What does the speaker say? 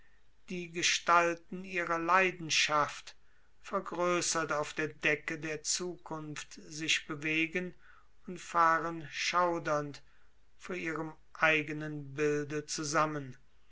die gestalten ihrer leidenschaft vergrößert auf der decke der zukunft sich bewegen und fahren schaudernd vor ihrem eigenen bilde zusammen